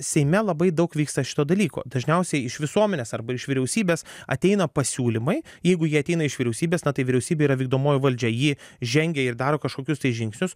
seime labai daug vyksta šito dalyko dažniausiai iš visuomenės arba iš vyriausybės ateina pasiūlymai jeigu jie ateina iš vyriausybės na tai vyriausybė yra vykdomoji valdžia ji žengia ir daro kažkokius tai žingsnius